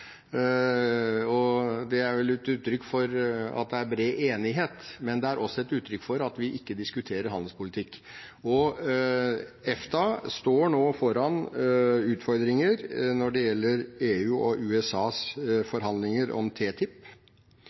veien. Det er vel et uttrykk for at det er bred enighet, men det er også et uttrykk for at vi ikke diskuterer handelspolitikk. EFTA står nå foran utfordringer når det gjelder EUs og USAs forhandlinger om TTIP.